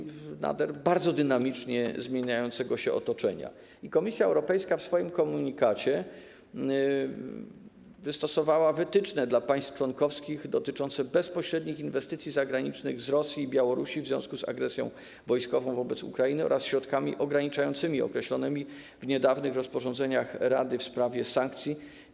Chodzi o to, że nasze otoczenie bardzo dynamicznie się zmienia i Komisja Europejska w swoim komunikacie wystosowała wytyczne dla państw członkowskich, dotyczące bezpośrednich inwestycji zagranicznych z Rosji i Białorusi w związku z agresją wojskową wobec Ukrainy oraz środkami ograniczającymi, określonymi w niedawnych rozporządzeniach Rady w sprawie sankcji.